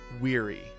weary